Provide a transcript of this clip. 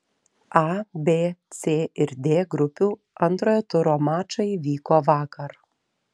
a b c ir d grupių antrojo turo mačai vyko vakar